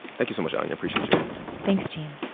thank you so much, anya. appreciate you thanks, gene